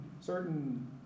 certain